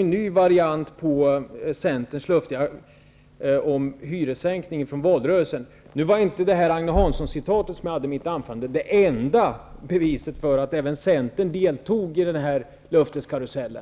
en ny variant av Centerns löfte om hyressänkning i valrörelsen. Det Agne Hanssoncitat som jag använde i mitt anförande var inte det enda beviset för att även Centern deltog i denna löfteskarusell.